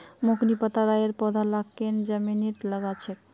मोक नी पता राइर पौधा लाक केन न जमीनत लगा छेक